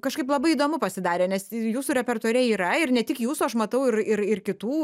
kažkaip labai įdomu pasidarė nes jūsų repertuare yra ir ne tik jūsų aš matau ir ir ir kitų